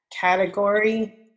category